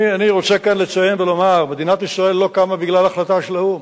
אני רוצה כאן לציין ולומר: מדינת ישראל לא קמה בגלל החלטה של האו"ם,